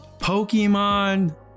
Pokemon